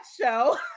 show